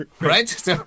right